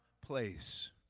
place